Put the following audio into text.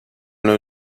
l’un